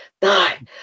Die